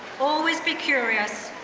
always be curious.